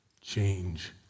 change